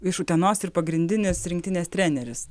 iš utenos ir pagrindinis rinktinės treneris